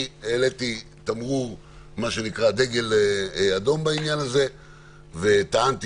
אני העליתי דגל אדום בעניין הזה וטענתי